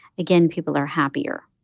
again, people are happier